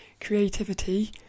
creativity